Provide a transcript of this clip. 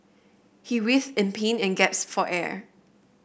he writhed in pain and gasped for air